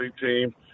team